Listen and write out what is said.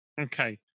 okay